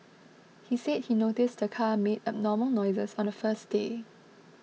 he said he noticed the car made abnormal noises on the first day